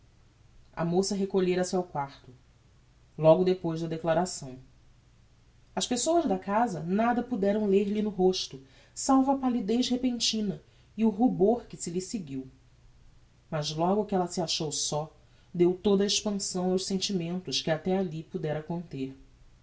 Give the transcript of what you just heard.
a moça recolhera-se ao quarto logo depois da declaração as pessoas da casa nada puderam ler lhe no rosto salvo a pallidez repentina e o rubor que se lhe seguiu mas logo que ella se achou só deu toda a expansão aos sentimentos que até alli pudera conter